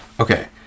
Okay